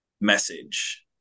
message